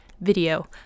video